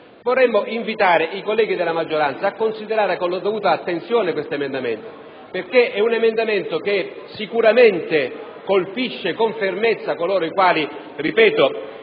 Vorremmo invitare i colleghi della maggioranza a considerare con la dovuta attenzione questo emendamento perché sicuramente colpisce con fermezza coloro i quali - ripeto